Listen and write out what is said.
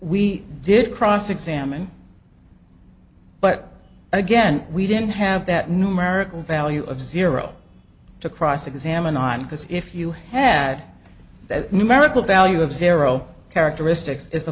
we did cross examine but again we didn't have that numerical value of zero to cross examine on because if you had that numerical value of zero characteristics i